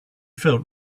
felt